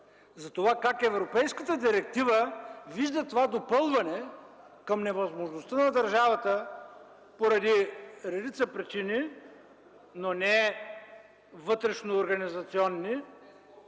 – как европейската директива вижда това допълване към невъзможността на държавата поради редица причини, но не вътрешноорганизационни...